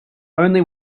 only